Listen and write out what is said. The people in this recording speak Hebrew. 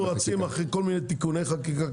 אנחנו רצים אחרי כל מיני תיקוני חקיקה,